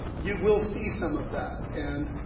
you will see some of that. and